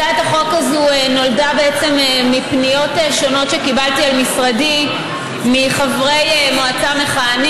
הצעת החוק הזו נולדה מפניות שונות שקיבלתי למשרדי מחברי מועצה מכהנים.